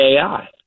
AI